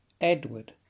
Edward